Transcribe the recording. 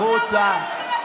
החוצה.